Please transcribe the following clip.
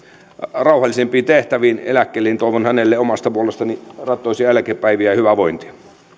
rauhallisempiin tehtäviin eläkkeelle niin toivon hänelle omasta puolestani rattoisia eläkepäiviä ja hyvää vointia